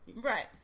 Right